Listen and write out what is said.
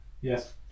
Yes